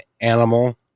animal